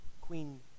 Queen